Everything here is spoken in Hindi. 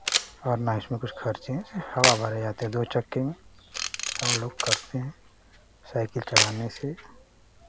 और ना इसमें कुछ खर्चें हैं हवा भरे जाते है दो चक्के में हमलोग करते हैं साइकिल चलाने से